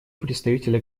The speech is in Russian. представителя